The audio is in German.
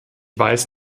weiß